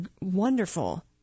wonderful